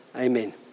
Amen